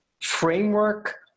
framework